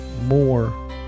more